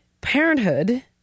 parenthood